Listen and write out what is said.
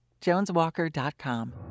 JonesWalker.com